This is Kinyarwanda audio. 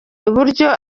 uburyo